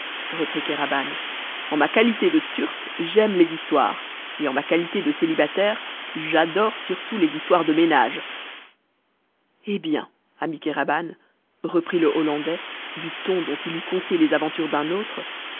reprit kéraban en ma qualité de turc j'aime les histoires et en ma qualité de célibataire j'adore surtout les histoires de ménage eh bien ami kéraban reprit le hollandais du ton dont il eût conté les aventures d'un autre